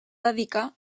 dedicar